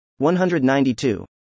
192